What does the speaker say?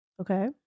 Okay